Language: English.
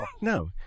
No